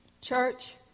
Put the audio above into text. Church